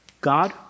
God